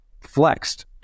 flexed